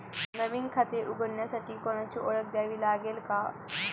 नवीन खाते उघडण्यासाठी कोणाची ओळख द्यावी लागेल का?